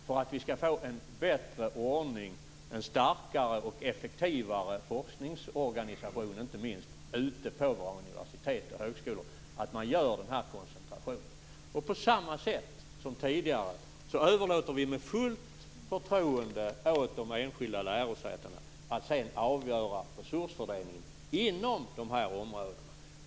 För att vi skall få en bättre ordning, en starkare och effektivare forskningsorganisation ute på våra universitet och högskolor, är det oerhört väsentligt att man genomför den här koncentrationen. På samma sätt som tidigare överlåter vi med fullt förtroende åt de enskilda lärosätena att sedan avgöra resursfördelningen inom dessa områden.